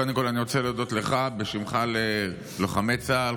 קודם כול אני רוצה להודות לך ובשמך ללוחמי צה"ל,